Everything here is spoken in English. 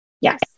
Yes